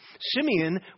Simeon